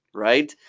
right?